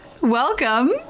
welcome